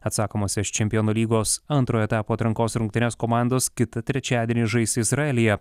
atsakomosios čempionų lygos antro etapo atrankos rungtynes komandos kitą trečiadienį žais izraelyje